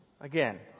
Again